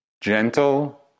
gentle